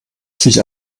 sich